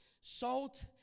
Salt